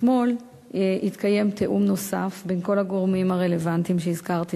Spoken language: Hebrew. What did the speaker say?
אתמול התקיים תיאום נוסף בין כל הגורמים הרלוונטיים שהזכרתי,